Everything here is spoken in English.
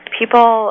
people